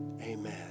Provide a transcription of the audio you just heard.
amen